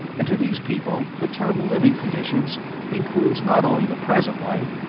and to these people, the term living conditions includes not only the present life,